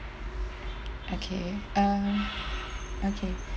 okay uh okay